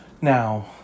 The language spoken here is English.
Now